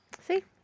See